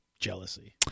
jealousy